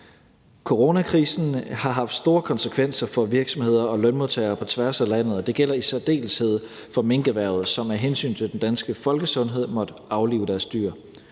Coronakrisen har haft store konsekvenser for virksomheder og lønmodtagere på tværs af landet, og det gælder i særdeleshed for minkerhvervet, som af hensyn til den danske folkesundhed måtte aflive deres dyr.